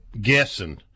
guessing